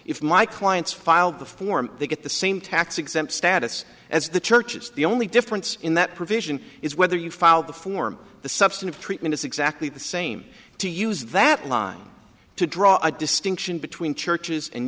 if my clients filed the form they get the same tax exempt status as the church is the only difference in that provision is whether you file the form the substantive treatment is exactly the same to use that line to draw a distinction between churches and